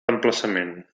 emplaçament